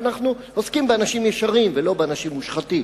אבל אנחנו עוסקים באנשים ישרים ולא באנשים מושחתים.